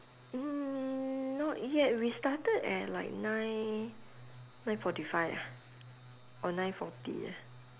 mm not yet we started at like nine nine forty five ah or nine forty ah